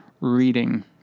reading